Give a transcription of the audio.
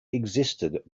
existed